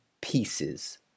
pieces